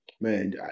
Man